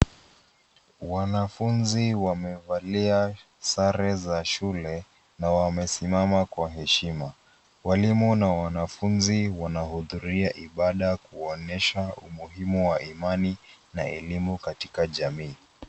Wanafunzi wamevalia sare za shule na wamesimama kwa heshima. Walimu na wanafunzi wananahudhuria ibada kuonyesha umuhimu wa imani na elimu katika jamii.